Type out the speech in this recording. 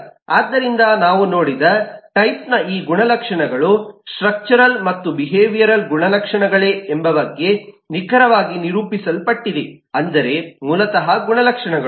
ಆದ್ದರಿಂದ ನಾವು ನೋಡಿದ ಟೈಪ್ನ ಈ ಗುಣಲಕ್ಷಣಗಳು ಸ್ಟ್ರಕ್ಚರಲ್ ಮತ್ತು ಬಿಹೇವಿಯರಲ್ ಗುಣಲಕ್ಷಣಗಳೆ ಎಂಬ ಬಗ್ಗೆ ನಿಖರವಾಗಿ ನಿರೂಪಿಸಲ್ಪಟ್ಟಿದೆ ಅಂದರೆ ಮೂಲತಃ ಗುಣಲಕ್ಷಣಗಳು